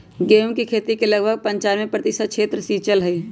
गेहूं के खेती के लगभग पंचानवे प्रतिशत क्षेत्र सींचल हई